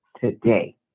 today